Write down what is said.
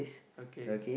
okay